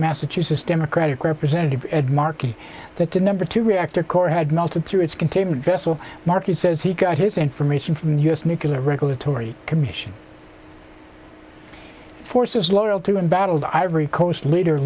massachusetts democratic representative ed markey that the number two reactor core had melted through its containment vessel markey says he got his information from the u s nuclear regulatory commission forces loyal to and battled ivory coast leader